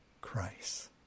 Christ